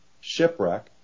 shipwreck